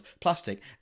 plastic